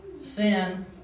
sin